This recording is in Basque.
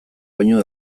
baino